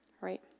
Right